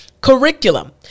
curriculum